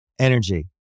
Energy